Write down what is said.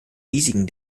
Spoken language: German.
risiken